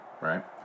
right